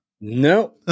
No